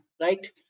right